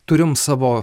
turim savo